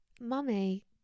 mummy